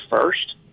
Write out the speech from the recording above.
first